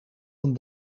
een